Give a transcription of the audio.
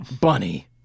Bunny